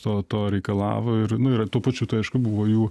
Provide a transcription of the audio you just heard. to to reikalavo ir nu ir tuo pačiu tai aišku buvo jų